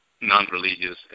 non-religious